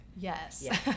Yes